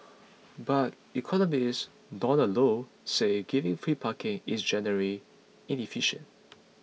but economist Donald Low say giving free parking is generally inefficient